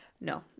No